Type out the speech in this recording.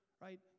right